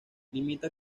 limita